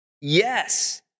Yes